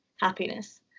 happiness